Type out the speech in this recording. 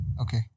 Okay